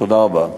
תודה רבה.